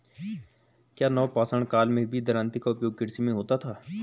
क्या नवपाषाण काल में भी दरांती का उपयोग कृषि में होता था?